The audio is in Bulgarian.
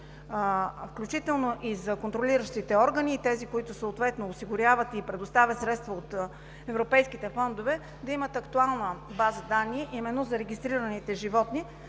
включително и за контролиращите органи, и за тези, които съответно осигуряват и предоставят средства от европейските фондове, да имат актуална база данни за регистрираните животни.